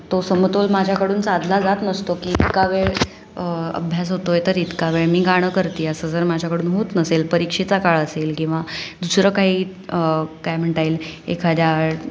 तो समतोल माझ्याकडून साधला जात नसतो की इतका वेळ अभ्यास होतो आहे तर इतका वेळ मी गाणं करते आहे असं जर माझ्याकडून होत नसेल परीक्षेचा काळ असेल किंवा दुसरं काही काय म्हणता येईल एखाद्या